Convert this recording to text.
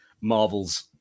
marvel's